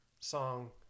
song